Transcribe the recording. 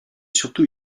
surtout